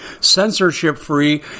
censorship-free